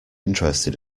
interested